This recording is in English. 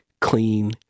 clean